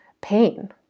pain